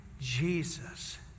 Jesus